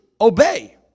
obey